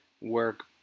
work